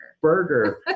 Burger